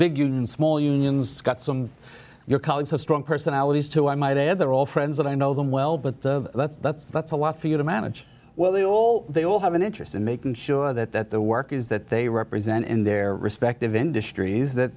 big unions small unions got some your colleagues have strong personalities too i might add they're all friends i know them well but that's that's that's a lot for you to manage well they all they all have an interest in making sure that that their work is that they represent in their respective industries that